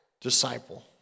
disciple